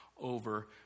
over